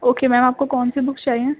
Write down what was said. okay ma'am آپ کو کون سی بکس چاہئیں